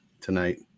tonight